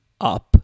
up